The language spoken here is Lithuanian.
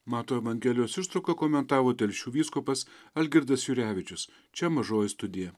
mato evangelijos ištrauką komentavo telšių vyskupas algirdas jurevičius čia mažoji studija